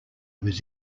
was